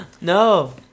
No